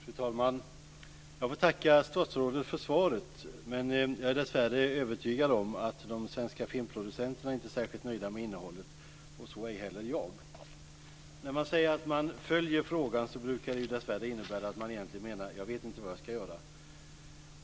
Fru talman! Jag får tacka statsrådet för svaret. Men jag är dessvärre övertygad om att de svenska filmproducenterna inte är särskilt nöjda med innehållet, och så ej heller jag. När man säger att man följer frågan brukar det dessvärre innebära att man egentligen menar: Jag vet inte vad jag ska göra.